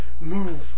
move